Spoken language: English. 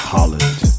Holland